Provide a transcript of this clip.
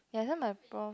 ya that time my prof